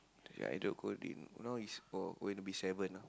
yeah now is uh going to be seven ah